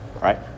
right